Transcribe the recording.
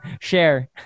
share